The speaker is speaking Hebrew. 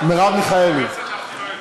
מרב מיכאלי.